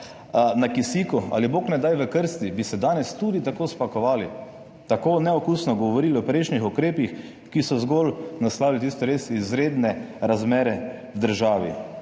na kisiku ali, bog ne daj, v krsti, bi se danes tudi tako spakovali, tako neokusno govorili o prejšnjih ukrepih, ki so zgolj naslavljali tiste res izredne razmere v državi?